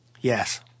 Yes